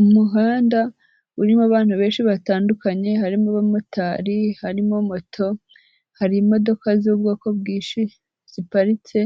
Umuhanda urimo abantu benshi batandukanye, harimo abamotari, harimo moto, hari imodoka z'ubwoko bwinshi ziparitse,